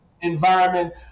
environment